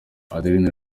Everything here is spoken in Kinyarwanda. adeline